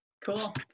Cool